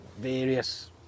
various